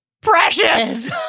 Precious